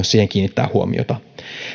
siihen kiinnittää huomiota